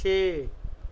ਛੇ